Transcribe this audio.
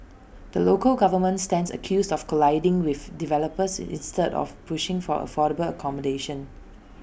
the local government stands accused of colluding with developers instead of pushing for affordable accommodation